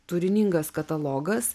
turiningas katalogas